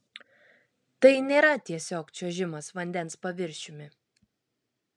tai nėra tiesiog čiuožimas vandens paviršiumi